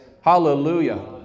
Hallelujah